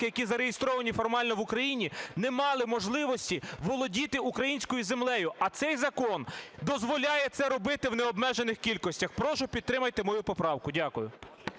які зареєстровані формально в Україні, не мали можливості володіти українською землею. А цей закон дозволяє це робити в необмежених кількостях. Прошу підтримайте мою поправку. Дякую.